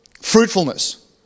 fruitfulness